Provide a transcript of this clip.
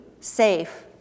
safe